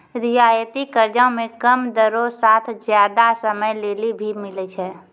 रियायती कर्जा मे कम दरो साथ जादा समय लेली भी मिलै छै